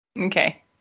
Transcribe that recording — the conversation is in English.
okay